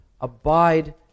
Abide